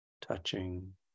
touching